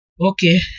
Okay